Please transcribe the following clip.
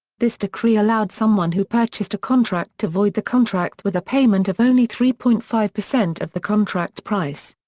this decree allowed someone who purchased a contract to void the contract with a payment of only three point five percent of the contract price.